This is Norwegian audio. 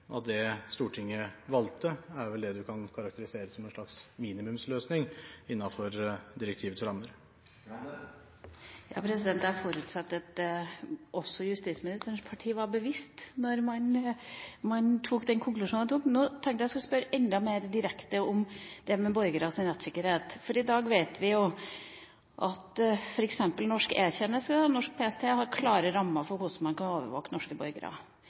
det Stortinget valgte, er vel det en kan kalle en minimumsløsning innenfor direktivets rammer. Jeg forutsetter at også justisministerens parti var bevisst da man kom til den konklusjonen man gjorde. Nå skal jeg spørre enda mer direkte om borgernes rettssikkerhet. I dag vet vi at f.eks. norsk E-tjeneste og PST har klare rammer for hvordan man kan overvåke norske borgere.